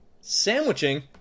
sandwiching